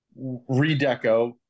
redeco